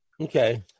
Okay